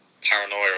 paranoia